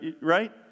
right